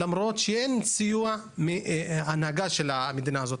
למרות שאין סיוע מהנהגת המדינה הזאת.